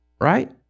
Right